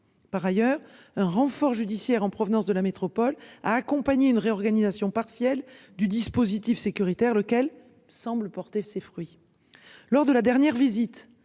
par ailleurs un renfort judiciaire en provenance de la métropole a accompagné une réorganisation partielle du dispositif sécuritaire, lequel semble porter ses fruits. Lors de la dernière visite